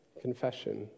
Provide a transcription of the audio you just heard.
Confession